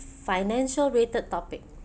financial rated topic